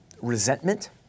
resentment